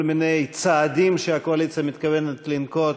כל מיני צעדים שהקואליציה מתכוונת לנקוט,